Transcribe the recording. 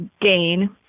gain